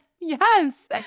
yes